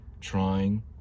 trying